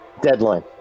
Deadline